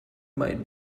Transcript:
might